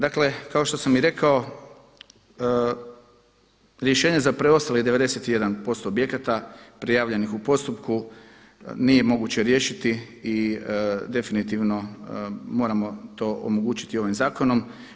Dakle kao što sam i rekao rješenje za preostalih 91% objekata prijavljenih u postupku nije moguće riješiti i definitivno moramo to omogućiti ovim zakonom.